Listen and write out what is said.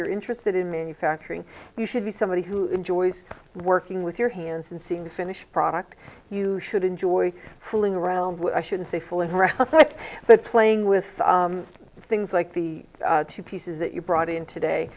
you're interested in manufacturing you should be somebody who enjoys working with your hands and seeing the finished product you should enjoy fooling around with i shouldn't say full of rhetoric but playing with things like the two pieces that you brought in today